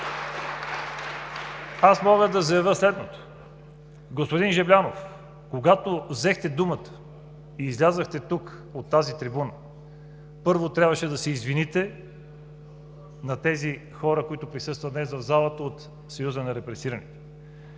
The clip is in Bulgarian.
Мога да заявя следното: господин Жаблянов, когато взехте думата и излязохте тук, на трибуната, първо трябваше да се извините на тези хора, които присъстват днес в залата, от Съюза на репресираните.